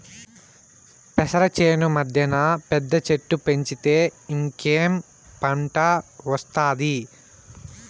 పెసర చేను మద్దెన పెద్ద చెట్టు పెంచితే ఇంకేం పంట ఒస్తాది